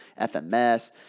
FMS